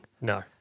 No